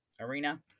arena